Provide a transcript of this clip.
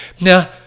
Now